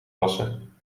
wassen